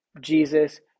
Jesus